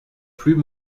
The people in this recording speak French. plus